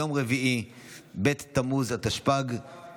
אני קובע שהצעת חוק תאגידי המים והביוב (תיקון מס' 15) התשפ"ג 2023,